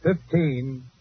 Fifteen